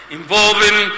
involving